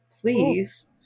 please